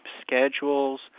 schedules